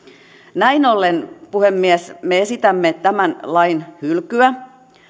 näin ollen puhemies me esitämme tämän lain hylkyä